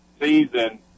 season